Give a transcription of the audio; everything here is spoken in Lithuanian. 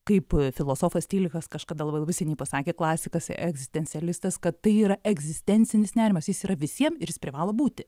kaip filosofas tilichas kažkada labai labai seniai pasakė klasikas egzistencialistas kad tai yra egzistencinis nerimas jis yra visiem ir jis privalo būti